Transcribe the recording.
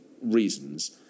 reasons